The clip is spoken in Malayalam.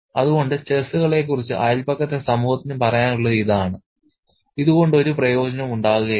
അതുകൊണ്ട് ചെസ്സ് കളിയെക്കുറിച്ച് അയൽപക്കത്തെ സമൂഹത്തിന് പറയാനുള്ളത് ഇതാണ് "ഇത് കൊണ്ട് ഒരു പ്രയോജനവും ഉണ്ടാകുകയില്ല